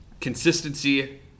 consistency